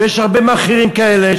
ויש הרבה מאכערים כאלה,